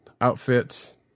outfit